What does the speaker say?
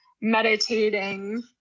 meditating